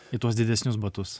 į tuos didesnius batus